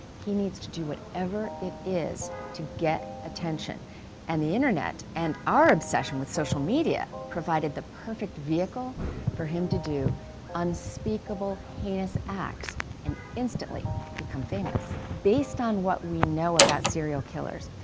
he needs to do whatever it is to get attention and the internet and our obsession with social media provided the perfect vehicle for him to do unspeakable heinous acts and instantly become famous. based on what we know about serial killers,